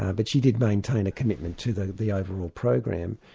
ah but she did maintain a commitment to the the overall program.